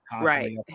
right